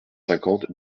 cinquante